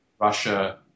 Russia